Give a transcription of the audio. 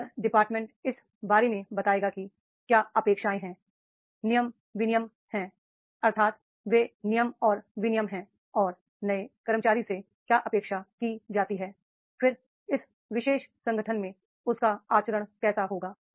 HR विभाग इस बारे में बताएगा कि क्या अपेक्षाएं हैं नियम विनियम हैं अर्थात ये नियम और विनियम हैं और नए कर्मचारी से क्या अपेक्षा की जाती है फिर इस विशेष संगठन में उसका आचरण कैसा होगा